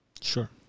Sure